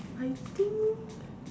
I think